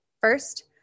First